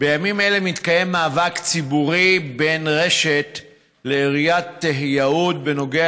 בימים אלה מתקיים מאבק ציבורי בין רש"ת לעיריית יהוד בנוגע